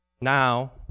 now